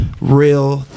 Real